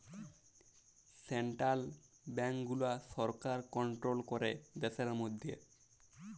central banks গুলা সরকার control ক্যরে দ্যাশের ম্যধে